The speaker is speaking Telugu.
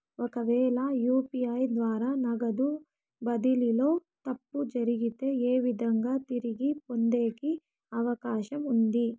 ఒకవేల యు.పి.ఐ ద్వారా నగదు బదిలీలో తప్పు జరిగితే, ఏ విధంగా తిరిగి పొందేకి అవకాశం ఉంది?